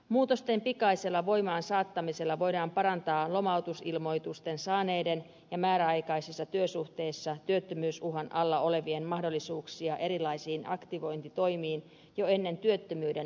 muutosten pikaisella voimaan saattamisella voidaan parantaa lomautusilmoitusten saaneiden ja määräaikaisissa työsuhteissa työttömyysuhan alla olevien mahdollisuuksia erilaisiin aktivointitoimiin jo ennen työttömyyden alkamista